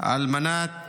על מנת